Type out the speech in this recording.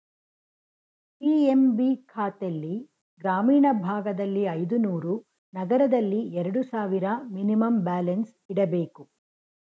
PMB ಖಾತೆಲ್ಲಿ ಗ್ರಾಮೀಣ ಭಾಗದಲ್ಲಿ ಐದುನೂರು, ನಗರದಲ್ಲಿ ಎರಡು ಸಾವಿರ ಮಿನಿಮಮ್ ಬ್ಯಾಲೆನ್ಸ್ ಇಡಬೇಕು